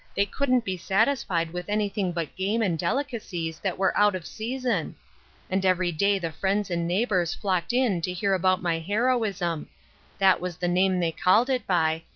they couldn't be satisfied with anything but game and delicacies that were out of season and every day the friends and neighbors flocked in to hear about my heroism that was the name they called it by,